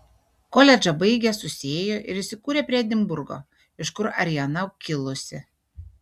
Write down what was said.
koledžą baigę susiėjo ir įsikūrė prie edinburgo iš kur ariana kilusi